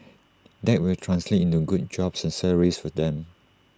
that will translate into good jobs and salaries for them